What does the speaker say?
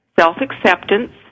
self-acceptance